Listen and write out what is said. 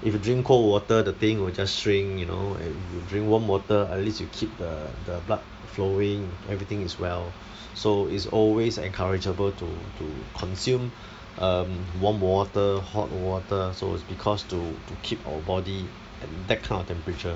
if you drink cold water the thing will just shrink you know and you drink warm water at least you keep the the blood flowing everything is well so it's always encourage-able to to consume um warm water hot water so it's because to to keep our body at that kind of temperature